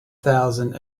thousand